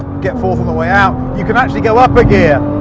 get fourth on the way out. you can actually go up a gear,